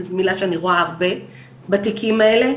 זאת מילה שאני רואה הרבה בתיקים האלה,